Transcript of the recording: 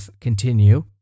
continue